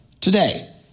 today